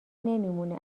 نمیمونه